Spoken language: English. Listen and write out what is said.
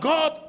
God